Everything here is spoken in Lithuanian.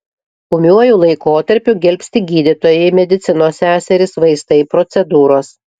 ūmiuoju laikotarpiu gelbsti gydytojai medicinos seserys vaistai procedūros